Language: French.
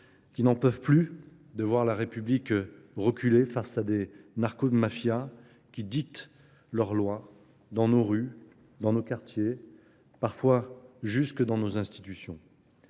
qui n'en peuvent plus de voir la République reculer face à des narcos de mafia qui dictent leurs lois dans nos rues, dans nos quartiers, parfois jusque dans nos institutions.